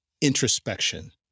introspection